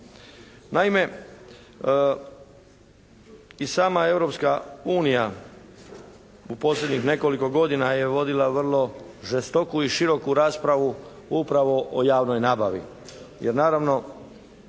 Naime i sama Europska unija u posljednjih nekoliko godina je vodila vrlo žestoku i široku raspravu upravo o javnoj nabavi.